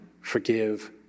forgive